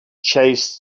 chased